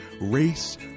race